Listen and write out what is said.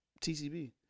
TCB